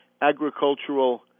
agricultural